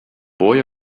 boy